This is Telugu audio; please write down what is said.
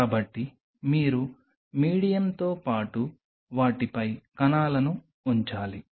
కాబట్టి మీరు మీడియంతో పాటు వాటిపై కణాలను ఉంచాలి